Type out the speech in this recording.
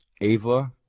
Ava